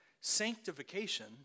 sanctification